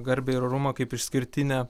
garbę ir orumą kaip išskirtinę